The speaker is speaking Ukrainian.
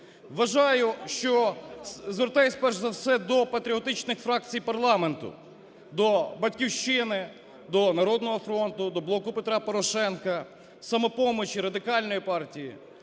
Вважаю, що, звертаюсь перш за все до патріотичних фракції парламенту: до "Батьківщини", до "Народного фронту", до "Блоку Петра Порошенка", "Самопомочі", Радикальної партії